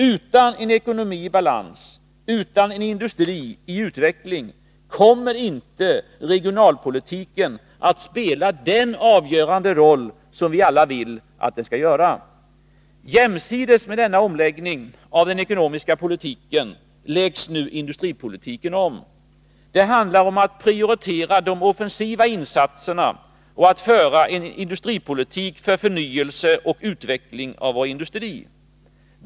Utan en ekonomi i balans, utan en industri i utveckling, kommer inte regionalpolitiken att spela den avgörande roll som vi alla vill att den skall spela. Jämsides med denna omläggning av den ekonomiska politiken läggs nu industripolitiken om. Det handlar om att prioritera de offensiva insatserna och föra en industripolitik för förnyelse och utveckling av vår industri.